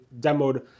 demoed